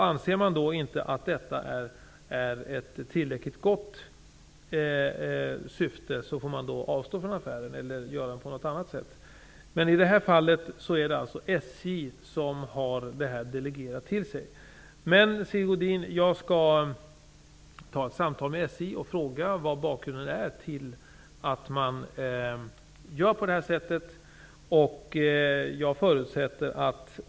Anser kunden inte att detta är ett tillräckligt gott syfte får han avstå från affären eller göra på något annat sätt. Men i detta fall har SJ fått denna fråga delegerad till sig. Men, Sigge Godin, jag skall ta ett samtal med SJ och fråga vad som är bakgrunden till att man gör på det här sättet.